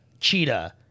Cheetah